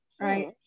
right